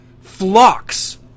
flocks